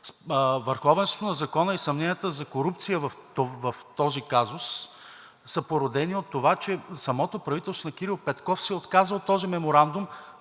Върховенството на закона и съмненията за корупция в този казус са породени от това, че самото правителство на Кирил Петков се отказа от този меморандум,